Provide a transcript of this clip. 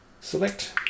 Select